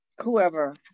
whoever